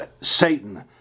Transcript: Satan